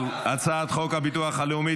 אלמוג.